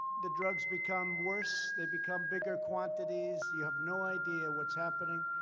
the drugs become worse they become bigger quantities. you have no idea what's happening.